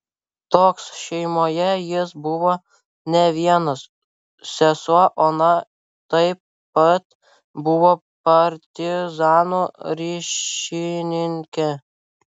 toks šeimoje jis buvo ne vienas sesuo ona taip pat buvo partizanų ryšininkė